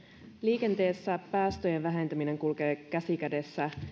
liikenteessä päästöjen vähentäminen kulkee käsi kädessä